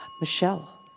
Michelle